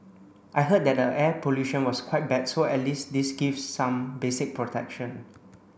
I heard that the air pollution was quite bad so at least this gives some basic protection